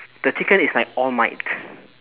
the chicken is like all might